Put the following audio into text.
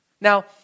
Now